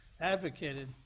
advocated